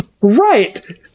right